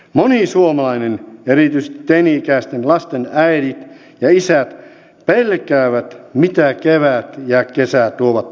monet suomalaiset erityisesti teini ikäisten lasten äidit ja isät pelkäävät mitä kevät ja kesä tuovat tullessaan